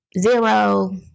zero